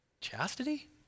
Chastity